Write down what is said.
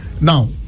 Now